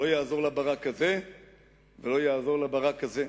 לא יעזור לברק הזה ולא יעזור לברק הזה.